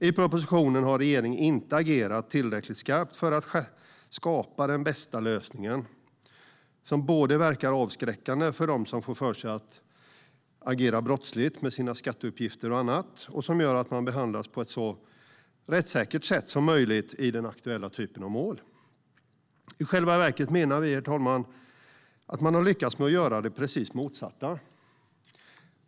I propositionen har regeringen inte agerat tillräckligt skarpt för att skapa den bästa lösningen, som verkar avskräckande för dem som får för sig att agera brottsligt med sina skatteuppgifter och annat och som gör att man behandlas på ett så rättssäkert sätt som möjligt i den aktuella typen av mål. I själva verket menar vi, herr talman, att man har lyckats göra det precis motsatta.